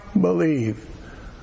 believe